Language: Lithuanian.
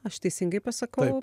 aš teisingai pasakau